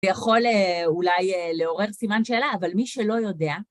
זה יכול אולי לעורר סימן שאלה, אבל מי שלא יודע...